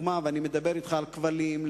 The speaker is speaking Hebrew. ואני מדבר אתך על כבלים,